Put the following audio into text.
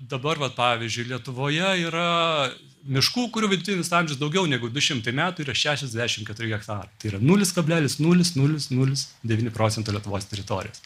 dabar va pavyzdžiui lietuvoje yra miškų kurių vidutinis amžius daugiau negu du šimtai metų yra šešiasdešimt keturi hektarai tik yra nulis kablelis nulis nulis nulis devyni procentai lietuvos teritorijos